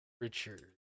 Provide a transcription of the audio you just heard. Richard